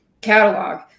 catalog